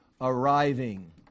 arriving